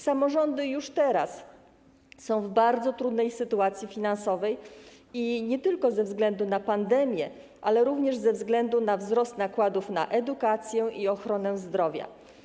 Samorządy już teraz są w bardzo trudnej sytuacji finansowej nie tylko ze względu na pandemię, ale również ze względu na wzrost nakładów na edukację i ochronę zdrowia.